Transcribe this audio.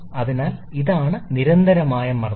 അതിനാൽ ഇതാണ് നിരന്തരമായ മർദ്ദം